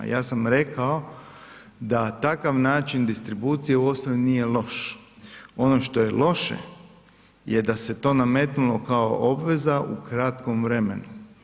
Ja sam rekao da takav način distribucije u osnovi nije loš, ono što je loše je to da se to nametnulo kao obveza u kratkom vremenu.